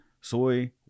soy